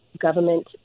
government